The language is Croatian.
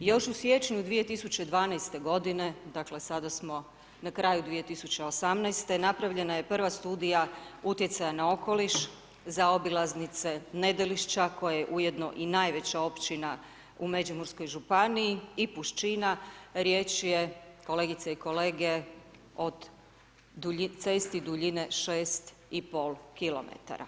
Još u siječnju 2012. g. dakle, sada amo na kraju 2018. napravljena je prava studija utjecaja na okoliš za obilaznice Nedlelišća koja je ujedno i najveća općina u Međimurskoj županiji i Puščina, riječ je kolegice i kolege od, cesti duljine 6,5 km.